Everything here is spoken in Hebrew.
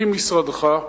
ממשרדך,